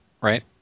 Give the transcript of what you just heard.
right